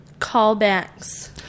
callbacks